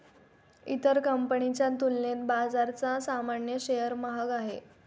इतर कंपनीच्या तुलनेत बजाजचा सामान्य शेअर महाग आहे